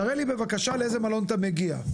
תראה לי בבקשה לאיזה מלון אתה מגיע,